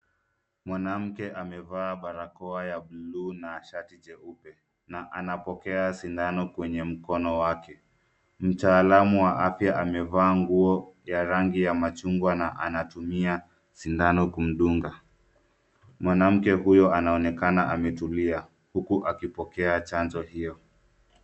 Mwanamke amevaa barakoa ya bluu na shtai jeupe na anapokea sindano kwenye mkono wake. Mtaalamu wa afya amevaa nguo ya rangi ya machungwa na anatumia sindano kumdunga, mwanamke huyo anaonekana ametulia huku akipokea chanjo hiyo.